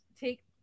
take